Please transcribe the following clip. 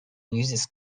uses